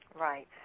Right